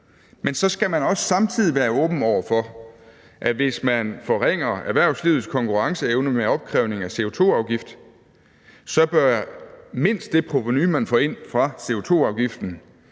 men så skal man også samtidig være åben over for, at hvis man forringer erhvervslivets konkurrenceevne med opkrævning af CO2-afgift, bør mindst det provenu, man får ind fra CO2-afgiften,